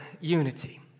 unity